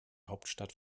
hauptstadt